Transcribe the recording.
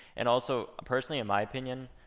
and also, personally in my opinion,